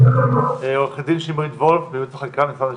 עו"ד שמרית וולף, משפטנית ממשרד המשפטים.